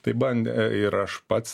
tai bandė ir aš pats